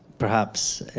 perhaps.